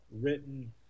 written